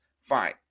Fine